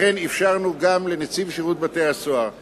לכן גם אפשרנו לנציב שירות בתי-הסוהר לקבוע,